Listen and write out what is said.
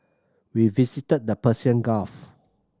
we visited the Persian Gulf